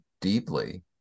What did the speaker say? deeply